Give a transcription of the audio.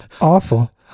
awful